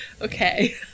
okay